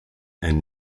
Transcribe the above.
and